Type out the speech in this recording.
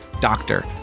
doctor